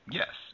yes